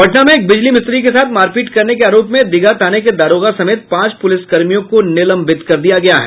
पटना में एक बिजली मिस्त्री के साथ मारपीट करने के आरोप में दीघा थाने के दारोगा समेत पांच पुलिसकर्मियों को निलंबित कर दिया गया है